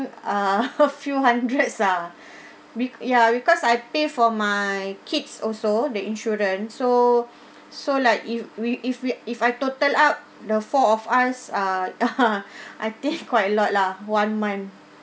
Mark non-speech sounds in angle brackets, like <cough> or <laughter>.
ah <laughs> a few hundreds ah be~ ya because I pay for my kids also the insurance so <breath> so like if we if we if I total up the four of us ah <laughs> I think quite a lot lah one month